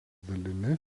dalimi